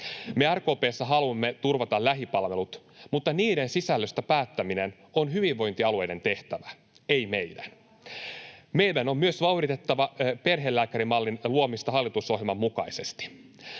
Me RKP:ssä haluamme turvata lähipalvelut, mutta niiden sisällöstä päättäminen on hyvinvointialueiden tehtävä, ei meidän. Meidän on myös vauhditettava perhelääkärimallin luomista hallitusohjelman mukaisesti.